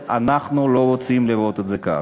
ואנחנו לא רוצים לראות את זה כך.